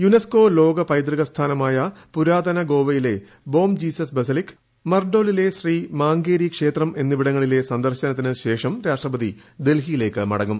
UNESCO ലോക പൈതൃക സ്ഥാനമായ പുരാതനമായ ഗോവയിലെ പ്രേഷ്ടാം ജീസസ് ബസലിക്ക് മാർഡോലിലെ ശ്രീ മാംഗേശി ക്ഷേത്രം എന്നിവിടങ്ങളിലെ സന്ദർശനത്തിന് ശേഷം രാഷ്ട്രപ്പതി ഡൽഹിയിലേക്ക് മടങ്ങും